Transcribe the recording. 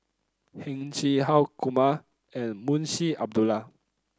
Heng Chee How Kumar and Munshi Abdullah